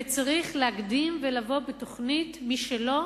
וצריך להקדים ולבוא בתוכנית משלו